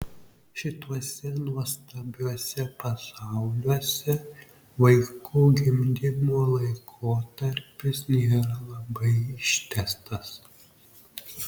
šituose nuostabiuose pasauliuose vaikų gimdymo laikotarpis nėra labai ištęstas